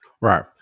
Right